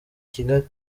kigali